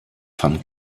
van